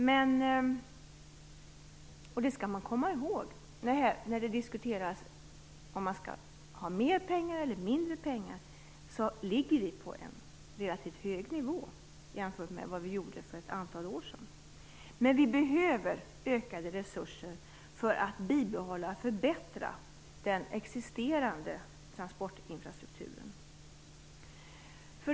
Man skall komma i håg när det diskuteras om det skall vara mer pengar eller mindre pengar att vi ligger på en relativt hög nivå jämfört med vad vi gjorde för ett antal år sedan. Men vi behöver ökade resurser för att behålla och förbättra den existerande transportinfrastrukturen.